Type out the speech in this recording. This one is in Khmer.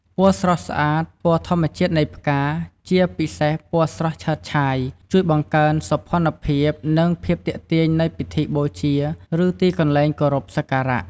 ពណ៌ស្រស់ស្អាត ពណ៌ធម្មជាតិនៃផ្កា ជាពិសេសពណ៌ស្រស់ឆើតឆាយ ជួយបង្កើនសោភ័ណភាព និងភាពទាក់ទាញនៃពិធីបូជា ឬទីកន្លែងគោរពសក្ការៈ។